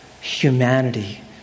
humanity